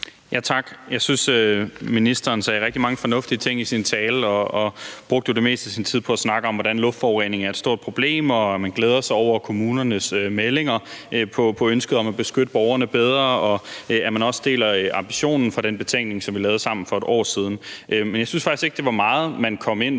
Tak. Jeg synes, ministeren sagde++ rigtig mange fornuftige ting i sin tale. Hun brugte det meste af sin tid på at snakke om, at luftforurening er et stort problem, at man glæder sig over kommunernes meldinger om ønsket om at beskytte borgerne bedre, og at man også deler ambitionen fra den betænkning, som vi lavede sammen for et år siden. Men jeg synes faktisk ikke, det var meget, man kom ind